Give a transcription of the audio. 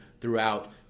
throughout